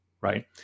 Right